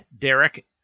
Derek